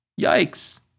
Yikes